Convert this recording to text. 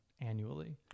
annually